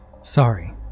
sorry